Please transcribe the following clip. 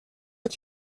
est